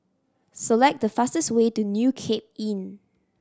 select the fastest way to New Cape Inn